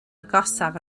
agosaf